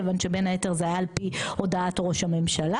כיוון שבין היתר זה היה על פי הודעת ראש הממשלה,